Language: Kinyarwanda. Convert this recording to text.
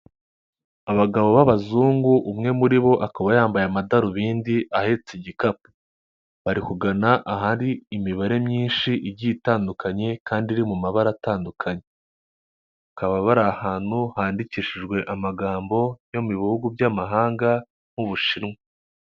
Abagabo b'abazungu umwe muri bo akaba yambaye amadarubindi ahetse igikapu, bari kugana ahari imibare myinshi igiye itandukanye kandi iri mu mabara atandukanye, bakaba bari ahantu handikishijwe amagambo yo mu bihugu by'amahanga nk'ubushinwa.